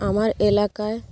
আমার এলাকায়